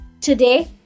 Today